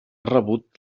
rebut